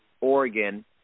Oregon